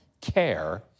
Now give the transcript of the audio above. care